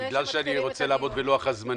אדוני, לא שומעים את היושב-ראש.